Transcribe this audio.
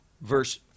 Verse